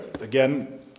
again